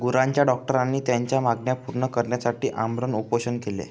गुरांच्या डॉक्टरांनी त्यांच्या मागण्या पूर्ण करण्यासाठी आमरण उपोषण केले